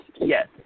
yes